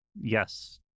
Yes